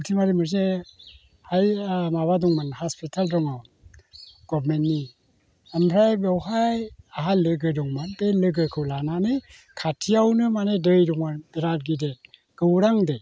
फुथिमारि मोनसे माबा दंमोन हस्पिटाल दङ गभर्नमेन्टनि आमफ्राय बेवहाय आहा लोगो दंमोन बे लोगोखौ लानानै खाथियावनो मानि दै दं बेराद गिदिर गौरां दै